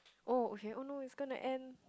oh okay oh no it's gonna end